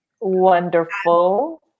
Wonderful